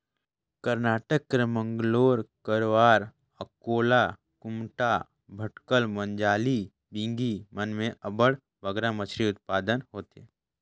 करनाटक कर मंगलोर, करवार, अकोला, कुमटा, भटकल, मजाली, बिंगी मन में अब्बड़ बगरा मछरी उत्पादन होथे